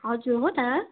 हजुर हो त